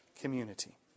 community